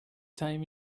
time